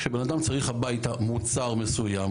כשבן אדם צריך הביתה מוצר מסוים,